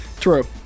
True